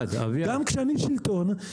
גם כשאני שלטון,